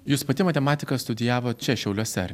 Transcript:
jūs pati matematiką studijavot čia šiauliuose ar